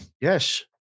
Yes